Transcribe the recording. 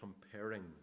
comparing